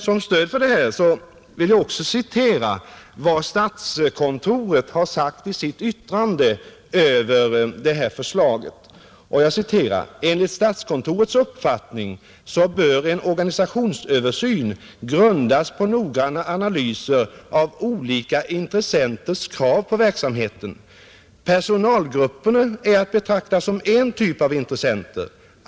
Som stöd härför vill jag citera vad statskontoret framhållit i sitt yttrande över förslaget: ”Enligt statskontorets uppfattning bör en organisationsöversyn grun das på noggranna analyser av olika intressenters krav på verksamheten. Personalgrupperna är att betrakta som en typ av intressenter.